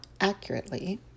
accurately